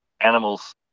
animals